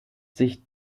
sich